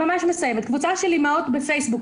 קבוצה של אימהות טריות בפייסבוק,